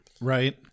right